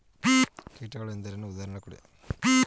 ಕೀಟಗಳು ಎಂದರೇನು? ಉದಾಹರಣೆ ಕೊಡಿ?